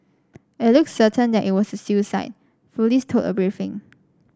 it looks certain that it was a suicide police told a briefing